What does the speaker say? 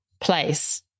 place